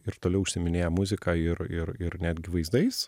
ir toliau užsiiminėja muzika ir ir ir netgi vaizdais